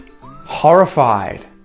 horrified